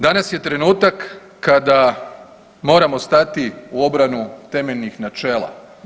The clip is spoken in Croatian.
Danas je trenutak kada moramo stati u obranu temeljnih načela.